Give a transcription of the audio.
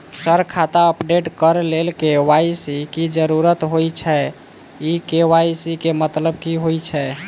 Sir खाता update करऽ लेल के.वाई.सी की जरुरत होइ छैय इ के.वाई.सी केँ मतलब की होइ छैय?